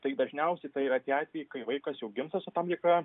tai dažniausiai tai yra tie atvejai kai vaikas jau gimsta su tam tikra